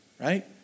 right